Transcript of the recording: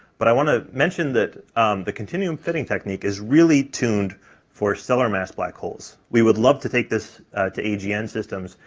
but i want to mention that the continuum fitting technique is really tuned for stellar mass black holes. we would love to take this to agn systems,